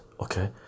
okay